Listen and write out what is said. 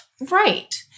right